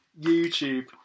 YouTube